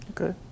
Okay